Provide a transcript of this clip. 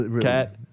Cat